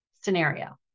scenario